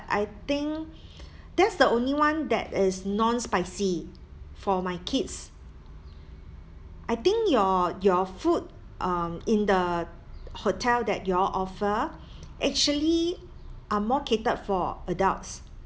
I think that's the only one that is non-spicy for my kids I think your your food um in the hotel that you all offer actually are more catered for adults